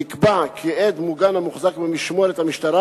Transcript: נקבע כי עד מוגן המוחזק במשמורת המשטרה